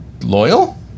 Loyal